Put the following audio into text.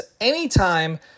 anytime